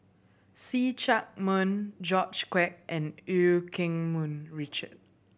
See Chak Mun George Quek and Eu Keng Mun Richard